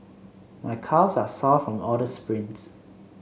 my calves are sore from all the sprints